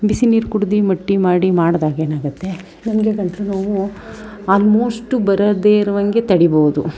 ಬಿಸಿ ನೀರು ಕುಡಿದು ಮಟ್ಟಿ ಮಾಡಿ ಮಾಡ್ದಾಗೇನಾಗುತ್ತೆ ನಮಗೆ ಗಂಟಲು ನೋವು ಆಲ್ಮೋಸ್ಟು ಬರದೇ ಇರುವಂಗೆ ತಡೀಬವ್ದು